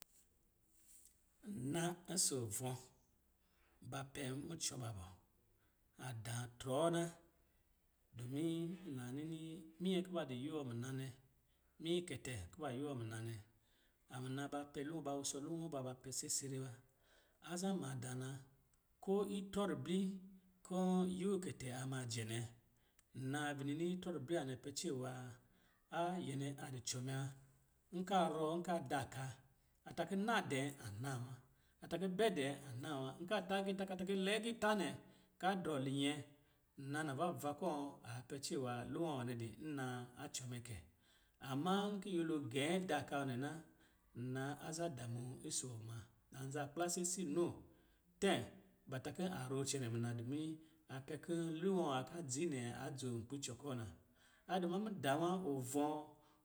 Nna ɔsɔ̂, ba pɛ mucɔ ba bɔ. A daa trɔɔ na, dɔmin la nini minyɛ kɔ ba dɔ yuwɔ muna nɛ, minyɛ kɛtɛ kɔ̄ ba dɔ yuwɔ muna nɛ, a muna ba pɛ lu ba wusɔ luwɔ ba bɔ ba pɛ sɛsɛrɛ wa. A za maa dââ na, ko itrɔ ribli kɔ̂ yuwɔ ikɛtɛ a majɛ nɛ, nna bini ni itrɔ ribli nwanɛ pɛ cɛwaa aa nyɛ nɛ a dɔ cɔ mɛ wa. Nka rɔ nka da ɔka, a ta kɔ̌ na dɛ̌ a naa wa, a ta kɔ̌ bɛ dɛ̂ a naa wa, a ta kɔ̂ bɛ dɛ̌, a naa wa, nka ta agitâ kɔ̂ a ta kɔ̂ lɛ agiitâ nɛ, ka a drɔ linyɛ, nna navava kɔ̂ a pɛ cɛwaa luwɔ nwanɛ di nnaa a cɔ mɛ kɛ. Amma, nkin nyɛlo gɛ̌ da ka nwanɛ na, nna aza damuu ɔsɔ̌ wɔ ma, aza kplasɛsi noo tɛ̌ ba ta kɔ̂ a rɔɔ cɛnɛ muna, dɔmin a pɛ kin luwɔ nwâ ka dzi nɛ, a dzoo nkpî cɔ kɔ̂ na. A dɔ ma mudaa wa ovɔɔ